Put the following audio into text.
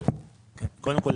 קודם כול,